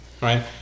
Right